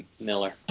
Miller